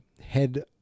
head